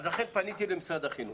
לכן פניתי למשרד החינוך,